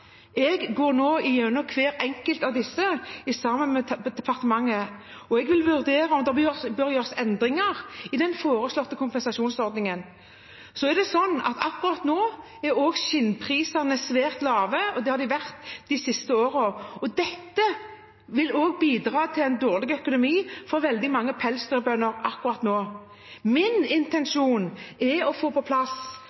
Jeg går nå igjennom hvert enkelt av disse sammen med departementet, og jeg vil vurdere om det bør gjøres endringer i den foreslåtte kompensasjonsordningen. Det er også sånn at akkurat nå er skinnprisene svært lave, og det har de vært de siste årene. Dette vil også bidra til dårlig økonomi for veldig mange pelsdyrbønder akkurat nå. Min